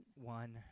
One